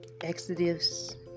exodus